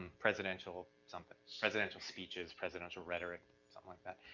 presidential something, presidential speeches, presidential rhetoric, something like that.